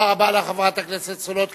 תודה רבה לחברת הכנסת סולודקין,